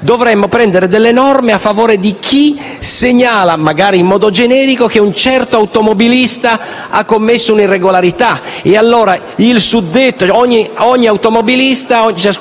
dovremmo adottare delle norme a favore di chi segnala, magari in modo generico, che un certo automobilista ha commesso una irregolarità. Allora per